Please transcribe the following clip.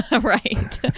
Right